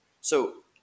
So-